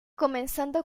comenzando